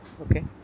Okay